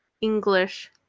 English